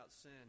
sin